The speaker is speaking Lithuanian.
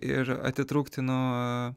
ir atitrūkti nuo